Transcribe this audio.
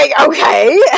okay